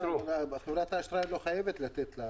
חברת האשראי לא חייבת לתת.